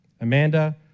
Amanda